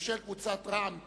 ושל קבוצת רע"ם-תע"ל.